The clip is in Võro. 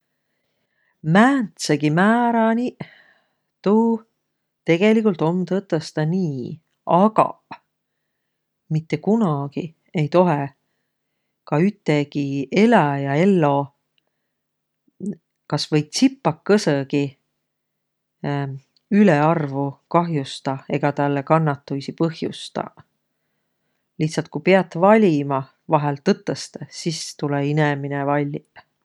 Määntsegi määräniq tuu tegeligult om tõtõstõ nii, agaq mitte kunagi ei toheq ka ütegi eläjä ello kasvai tsipakõsõgi ülearvo kah'ostaq egaq tälle kannahtuisi põh'ustaq. Lihtsält ku piät valima vahel tõtõstõ, sis tulõ inemine valliq.